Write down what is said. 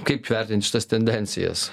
kaip vertint šitas tendencijas